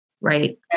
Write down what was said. Right